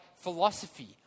philosophy